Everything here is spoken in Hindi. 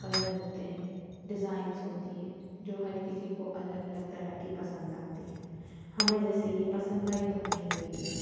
कलर होते हैं डिज़ाइन्स होती हैं जो हर किसी को अलग अलग तरह की पसंद आती है हमें जैसे ये पसंद आई तो हमने ले लिया